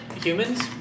humans